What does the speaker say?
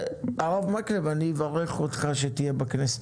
הרב מקלב, אני מברך אותך שתהיה בכנסת